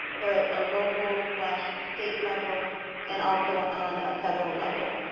but a local slash state level and also on a federal level.